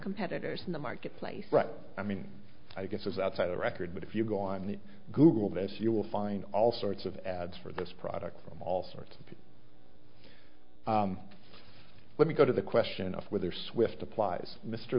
competitors in the marketplace right i mean i guess was outside the record but if you go on the google this you will find all sorts of ads for this product from all sorts of let me go to the question of whether swift applies mr